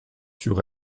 sur